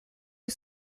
est